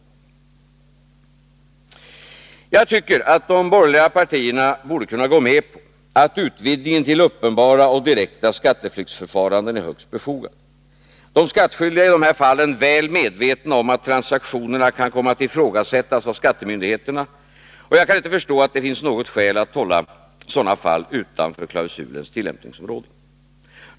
Jag tycker att de borgerliga partierna borde kunna gå med på att en utvidgning till uppenbara och direkta skatteflyktsförfaranden är högst befogad. De skattskyldiga i de här fallen är väl medvetna om att transaktionerna kan komma att ifrågasättas av skattemyndigheterna. Och jag kan inte förstå att det finns något skäl att hålla dessa fall utanför klausulens tillämpningsområde.